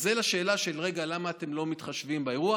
זה לשאלה של: רגע, למה אתם לא מתחשבים באירוע.